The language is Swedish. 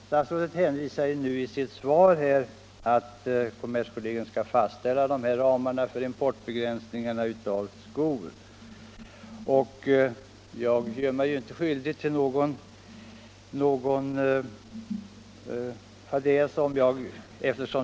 Statsrådet hänvisar i sitt svar till att kommerskollegium skall fastställa ramar för begränsning av skoimporten.